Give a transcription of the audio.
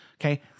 okay